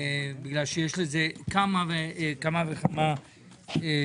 כיוון שיש לכך זה כמה וכמה סכומים.